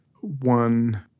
one